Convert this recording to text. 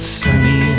sunny